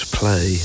play